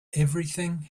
everything